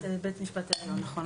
השופט בבית המשפט העליון, נכון.